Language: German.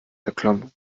erklomm